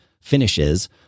finishes